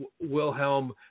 Wilhelm